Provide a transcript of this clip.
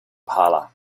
parlour